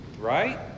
right